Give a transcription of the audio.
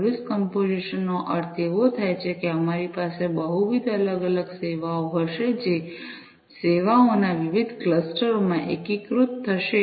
service composition નો અર્થ એવો થાય છે કે અમારી પાસે બહુવિધ અલગ અલગ સેવાઓ હશે જે સેવાઓના વિવિધ ક્લસ્ટરો માં એકીકૃત થશે